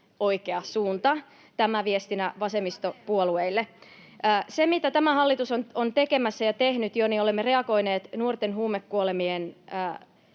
oikea suunta — tämä viestinä vasemmistopuolueille. Se, mitä tämä hallitus on tekemässä ja tehnyt jo, on, että olemme reagoineet nuorten huumekuolemien